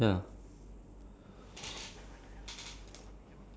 uh you don't have to take courses lah you can just like enter